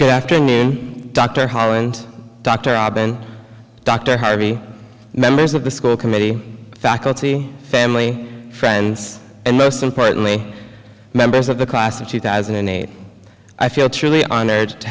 good afternoon dr holland dr robin dr harvey members of the school committee faculty family friends and most importantly members of the class of two thousand and eight i feel truly honored to